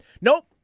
Nope